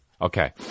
Okay